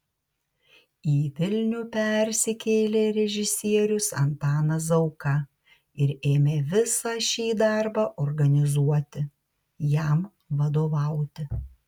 į vilnių persikėlė režisierius antanas zauka ir ėmė visą šį darbą organizuoti jam vadovauti